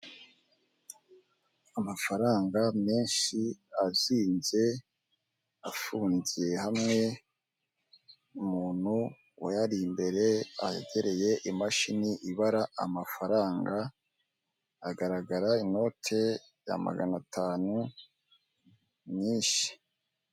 Handitseho irembo ahatangirwa ubufasha ku birebana no kwiyandikisha cyangwa se mu kwishyura imisoro, kwifotoza n'ibindi bijye bitandukanye.